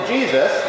Jesus